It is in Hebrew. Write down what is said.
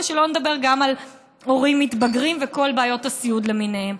ושלא נדבר גם על הורים מתבגרים וכל בעיות הסיעוד למיניהן.